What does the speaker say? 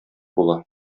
була